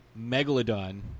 Megalodon